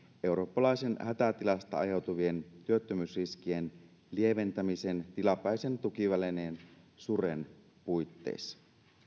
eurooppalaisen hätätilasta aiheutuvien työttömyysriskien lieventämisen tilapäisen tukivälineen suren puitteissa